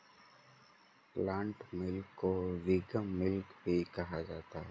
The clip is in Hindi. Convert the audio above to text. प्लांट मिल्क को विगन मिल्क भी कहा जाता है